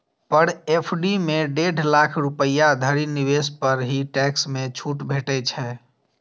पर FD मे डेढ़ लाख रुपैया धरि निवेश पर ही टैक्स मे छूट भेटै छै